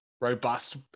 robust